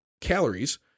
calories